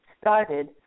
started